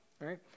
right